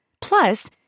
Plus